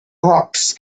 rocks